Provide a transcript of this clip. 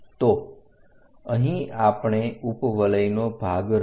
તો અહીં આપણે ઉપવલયનો ભાગ રચ્યો